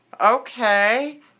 Okay